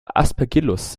aspergillus